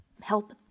help